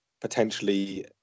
potentially